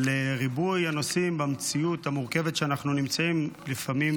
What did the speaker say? אבל ריבוי הנושאים במציאות המורכבת שאנחנו נמצאים בה לפעמים